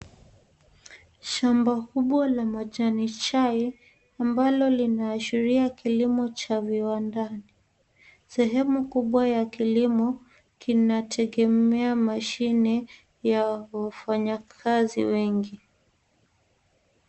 Shamba kubwa la majani chai ambalo linaashiria kilimo cha viwandani. Sehemu kubwa ya kilimo kinategemea mashine ya wafanyikazi wengi.